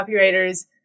copywriters